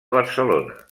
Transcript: barcelona